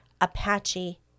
Apache